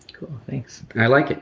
cool thanks i like it.